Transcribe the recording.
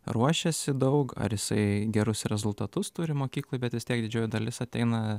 ruošėsi daug ar jisai gerus rezultatus turi mokykloj bet vis tiek didžioji dalis ateina